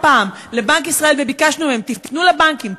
פעם לבנק ישראל וביקשנו מהם: תפנו לבנקים,